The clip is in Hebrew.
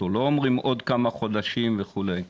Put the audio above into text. לא אומרים עוד כמה חודשים וכולי?